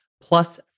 plus